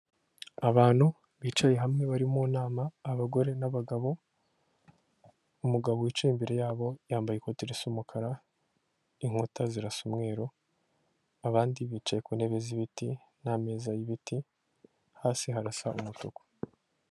Abantu bicaye hamwe bari mu nama abagore n'abagabo, umugabo wicaye imbere yabo yambaye ikoti risa'umukara inkuta zirasa umweru abandi bicaye ku ntebe z'ibiti n'ameza y'ibiti hasi harasa umutuku.